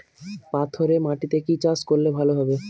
পাথরে মাটিতে কি চাষ করলে ভালো হবে?